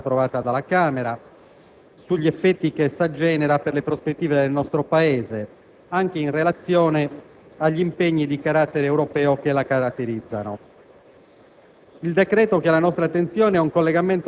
considerazioni sul complesso della manovra approvata dalla Camera, sugli effetti che essa genera per le prospettive del nostro Paese, anche in relazione agli impegni di carattere europeo che la caratterizzano.